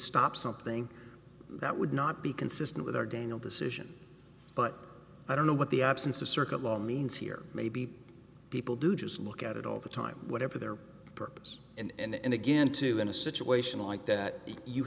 stop something that would not be consistent with our daniel decision but i don't know what the absence of circuit law means here maybe people do just look at it all the time whatever their purpose and again to in a situation like that you